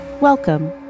Welcome